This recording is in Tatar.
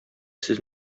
сез